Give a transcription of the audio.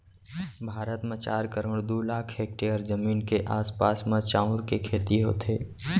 भारत म चार करोड़ दू लाख हेक्टेयर जमीन के आसपास म चाँउर के खेती होथे